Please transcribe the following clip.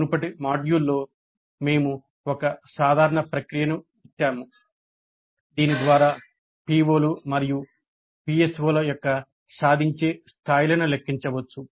మునుపటి మాడ్యూల్లో మేము ఒక సాధారణ ప్రక్రియను ఇచ్చాము దీని ద్వారా PO లు మరియు PSO ల యొక్క సాధించే స్థాయిలను లెక్కించవచ్చు